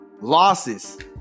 losses